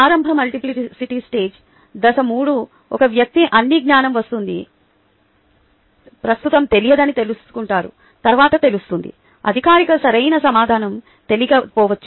ప్రారంభ multiplicity stage దశ 3 ఒక వ్యక్తి అన్ని జ్ఞానం ప్రస్తుతం తెలియదని తెలుసుకుంటాడు తరువాత తెలుస్తుంది అధికారికి సరైన సమాధానం తెలియకపోవచ్చు